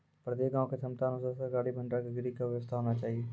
प्रत्येक गाँव के क्षमता अनुसार सरकारी भंडार गृह के व्यवस्था होना चाहिए?